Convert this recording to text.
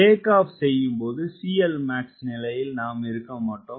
take off செய்யும் போது CLmax நிலையில் நாம் இருக்க மாட்டோம்